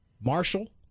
Marshall